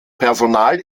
personal